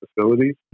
facilities